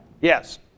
Yes